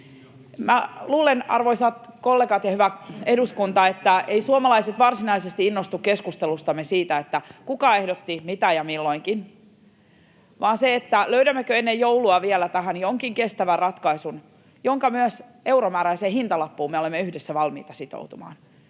Minä luulen, arvoisat kollegat ja hyvä eduskunta, että eivät suomalaiset varsinaisesti innostu keskustelustamme siitä, kuka ehdotti, mitä ja milloinkin, vaan he ovat kiinnostuneita siitä, löydämmekö ennen joulua vielä tähän jonkin kestävän ratkaisun, jonka euromääräiseen hintalappuun me myös olemme yhdessä valmiita sitoutumaan.